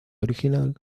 original